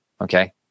Okay